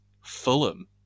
Fulham